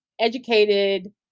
educated